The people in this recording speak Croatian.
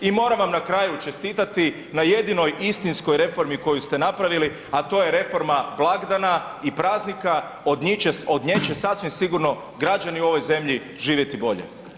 I moram vam na kraju čestitati na jedinoj istinskoj reformi koju ste napravili a to je reforma blagdana i praznika od nje će sasvim sigurno građani u ovoj zemlji živjeti bolje.